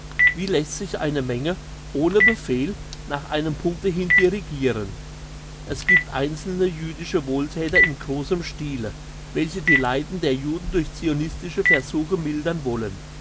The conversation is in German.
wie lässt sich eine menge ohne befehl nach einem punkte hin dirigiren es gibt einzelne jüdische wohlthäter in grossem stile welche die leiden der juden durch zionistische versuche mildern wollen